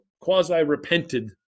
quasi-repented